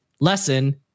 Lesson